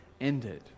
ended